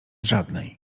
żadnej